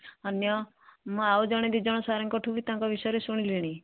ଅନ୍ୟ ମୁଁ ଆଉ ଜଣେ ଦୁଇ ଜଣ ସାର୍ଙ୍କ ଠୁ ବି ତାଙ୍କ ବିଷୟରେ ଶୁଣିଲିଣି